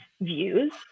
views